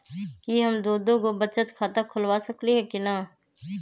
कि हम दो दो गो बचत खाता खोलबा सकली ह की न?